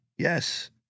Yes